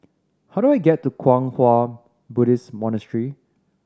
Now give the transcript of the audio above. how do I get to Kwang Hua Buddhist Monastery